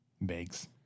Bags